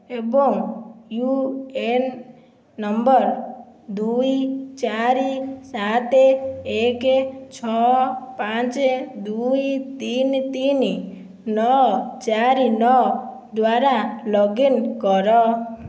ଏବଂ U N number ଦୁଇ ଚାରି ସାତ ଏକ ଛଅ ପାଞ୍ଚ ଦୁଇ ତିନି ତିନି ନଅ ଚାରି ନଅ ଦ୍ଵାରା ଲଗ୍ଇନ୍ କର